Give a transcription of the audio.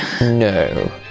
No